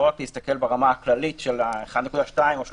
לא רק להסתכל ברמה הכללית של 1.2 או 3.8,